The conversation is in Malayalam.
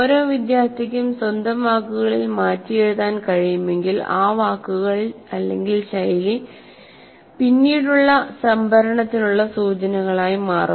ഓരോ വിദ്യാർത്ഥിക്കും സ്വന്തം വാക്കുകളിൽ മാറ്റിയെഴുതാൻ കഴിയുമെങ്കിൽ ആ വാക്കുകൾ ശൈലികൾ പിന്നീടുള്ള സംഭരണത്തിനുള്ള സൂചനകളായി മാറും